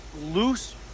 loose